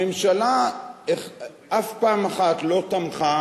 הממשלה אף פעם אחת לא תמכה